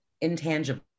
intangible